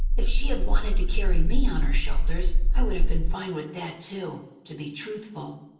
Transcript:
if she had wanted to carry me on her shoulders, i would have been fine with that, too, to be truthful.